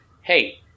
hey